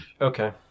okay